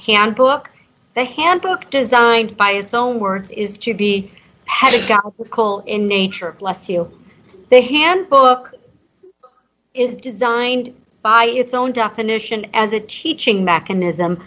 handbook the handbook designed by its own words is to be head of coal in nature bless you they handbook is designed by its own definition as a teaching mechanism